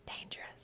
Dangerous